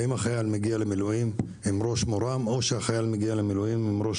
האם החייל מגיע למילואים עם ראש מורם או שהוא מגיע עם ראש